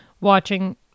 watching